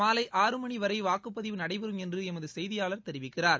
மாலை ஆறு மணி வரை வாக்குப்பதிவு நடைபெறும் என்று எமது செய்தியாளர் தெரிவிக்கிறார்